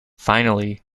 finally